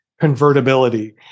convertibility